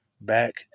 back